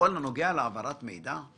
בכל הנוגע להעברת מידע?